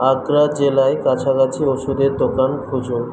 আগ্রা জেলায় কাছাকাছি ওষুধের দোকান খুঁজুন